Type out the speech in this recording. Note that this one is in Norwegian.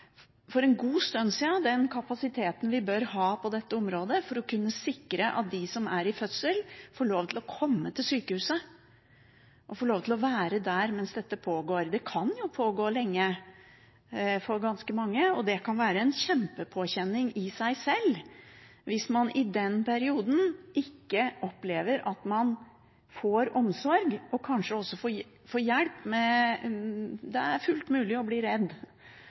for en god stund siden på en måte har bikket den kapasiteten vi bør ha på dette området, for å kunne sikre at de som er i fødsel, får lov til å komme til sykehuset og får lov til å være der mens dette pågår. Det kan jo pågå lenge for ganske mange, og det kan være en kjempepåkjenning i seg sjøl hvis man i den perioden opplever at man ikke får omsorg, og kanskje ikke får hjelp. Det er fullt mulig å bli redd